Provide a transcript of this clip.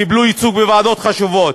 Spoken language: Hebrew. קיבלו ייצוג בוועדות חשובות.